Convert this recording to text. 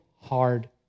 hard